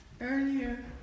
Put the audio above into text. earlier